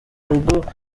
rugo